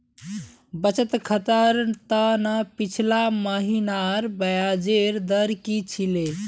बचत खातर त न पिछला महिनार ब्याजेर दर की छिले